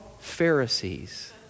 Pharisees